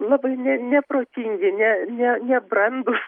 labai ne neprotingi ne ne nebrandūs